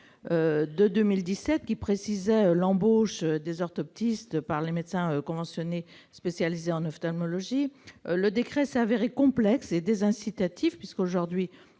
les conditions d'embauche des orthoptistes par les médecins conventionnés spécialisés en ophtalmologie. Ce décret s'est avéré complexe et désincitatif, puisqu'une